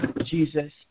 Jesus